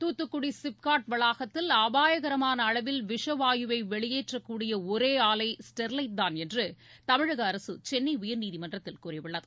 தூத்துக்குடி சிப்காட் வளாகத்தில் அபாயகரமான அளவில் விஷவாயுவை வெளியேற்றக்கூடிய ஒரே ஆலை ஸ்டெர்லைட்தான் என்று தமிழக அரசு சென்னை உயர்நீதிமன்றத்தில் கூறியுள்ளது